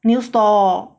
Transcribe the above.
new store